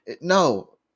No